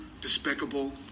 despicable